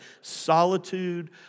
solitude